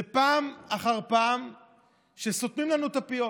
פעם אחר פעם סותמים לנו את הפיות.